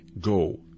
Go